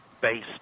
based